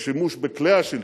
בשימוש בכלי השלטון.